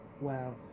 Wow